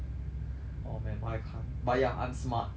!aww! man but I can't but ya I'm smart okay next